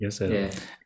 yes